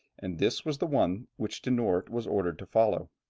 and this was the one which de noort was ordered to follow.